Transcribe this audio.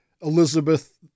Elizabeth